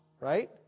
right